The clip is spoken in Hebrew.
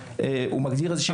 אלא הוא רק מגדיר איזשהם כללים.